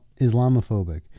Islamophobic